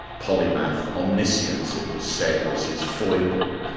polymath, omniscience it was said was his foible,